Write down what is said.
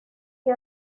que